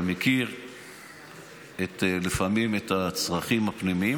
אתה מכיר לפעמים את הצרכים הפנימיים,